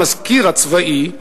המזכיר הצבאי,